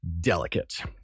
delicate